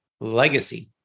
legacy